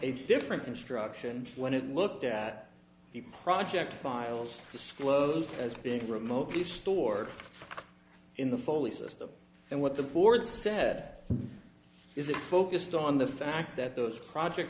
a different construction when it looked at the project files disclosed as being remotely stored in the foley system and what the board said is it focused on the fact that those project